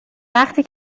وقتی